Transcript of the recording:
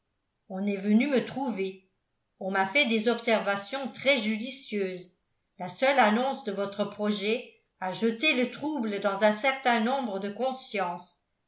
on est venu me trouver on m'a fait des observations très judicieuses la seule annonce de votre projet a jeté le trouble dans un certain nombre de consciences